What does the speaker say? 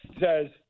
says